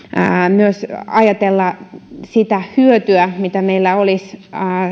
myös ajatella sitä hyötyä mitä meillä olisi